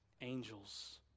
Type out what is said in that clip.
angels